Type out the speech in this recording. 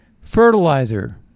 fertilizer